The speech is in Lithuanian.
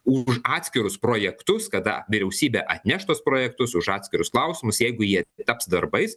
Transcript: už atskirus projektus kada vyriausybė atneš tuos projektus už atskirus klausimus jeigu jie taps darbais